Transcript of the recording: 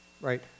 right